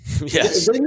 Yes